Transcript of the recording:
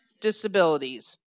disabilities